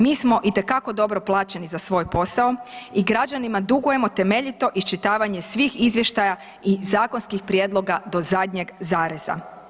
Mi smo itekako dobro plaćeni za svoj posao i građanima dugujemo temeljito iščitavanje svih izvještaja i zakonskih prijedloga do zadnjeg zareza.